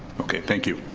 okay, thank you.